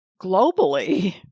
globally